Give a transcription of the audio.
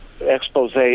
expose